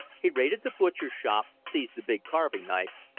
he raided the butcher-shop, seized the big carving knife,